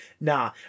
Nah